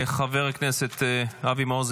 חבר הכנסת אבי מעוז,